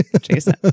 Jason